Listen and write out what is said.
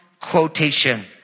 quotation